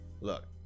look